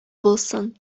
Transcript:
булсын